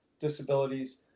disabilities